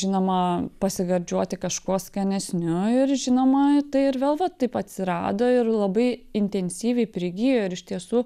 žinoma pasigardžiuoti kažkuo skanesniu ir žinoma tai ir vėl va taip atsirado ir labai intensyviai prigijo ir iš tiesų